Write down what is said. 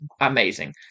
amazing